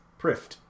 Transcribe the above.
Prift